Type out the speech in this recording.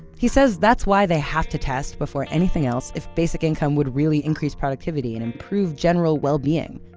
he says that's why they have to test before anything else if basic income would really increase productivity and improve general well-being.